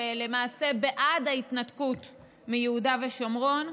ולמעשה בעד ההתנתקות מיהודה ושומרון.